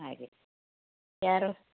ಹಾಗೆ ಯಾರು